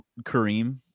Kareem